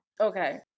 Okay